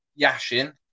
Yashin